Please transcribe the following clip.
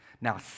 Now